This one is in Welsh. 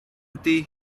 ydy